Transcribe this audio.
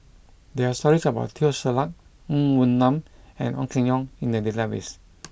there are stories about Teo Ser Luck Ng Woon Lam and Ong Keng Yong in the database